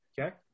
okay